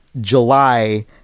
July